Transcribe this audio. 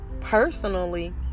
personally